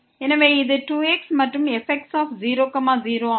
எனவே இது 2x மற்றும் fx00 ஆகும்